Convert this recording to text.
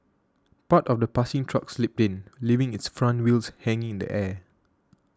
part of the passing truck slipped in leaving its front wheels hanging in the air